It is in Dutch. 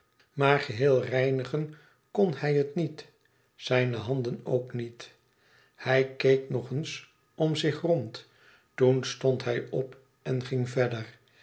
maar geheel reinigen kon hij het niet zijne handen ook niet hij keek nog eens om zich rond toen stond hij op en ging verder